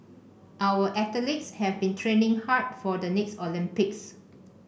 our athletes have been training hard for the next Olympics